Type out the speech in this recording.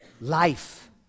life